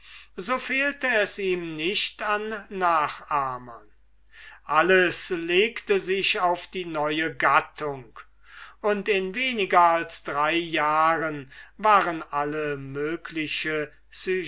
so fehlte es ihm nicht an nachahmern alles legte sich auf die neue gattung und in weniger als drei jahren waren alle mögliche